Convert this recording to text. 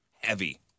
heavy